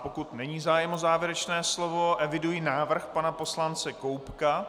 Pokud není zájem o závěrečné slovo, eviduji návrh pana poslance Koubka.